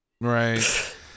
right